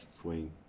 queen